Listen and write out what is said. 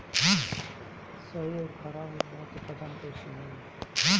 सही अउर खराब उर्बरक के पहचान कैसे होई?